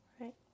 Right